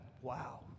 wow